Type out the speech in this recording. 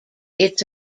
its